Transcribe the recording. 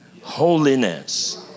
holiness